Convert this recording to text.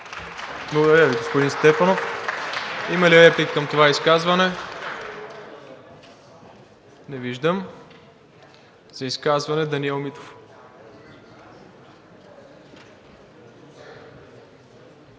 Благодаря Ви, господин Стефанов. Има ли реплики към това изказване? Не виждам. За изказване – Даниел Митов.